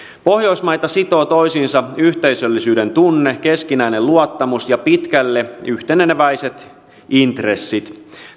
pohjoismaita sitoo toisiinsa yhteisöllisyyden tunne keskinäinen luottamus ja pitkälle yhteneväiset intressit